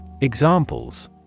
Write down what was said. Examples